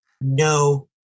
No